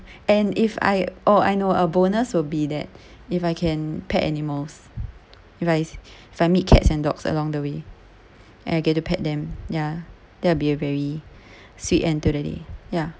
and if I oh I know a bonus will be that if I can pet animals likes family cats and dogs along the way I get to pet them ya that will be a very sweet end to the day ya